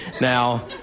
Now